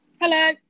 Hello